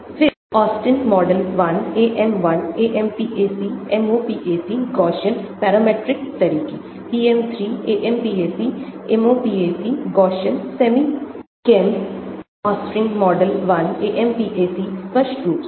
फिर Austin model 1 AM1 AMPAC MOPAC Gaussian parametric तरीके PM3 AMPAC MOPAC Gaussian Semichem Austin model 1 AMPAC स्पष्ट रूप से